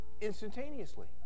instantaneously